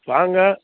வாங்க